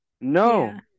No